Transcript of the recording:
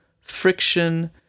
friction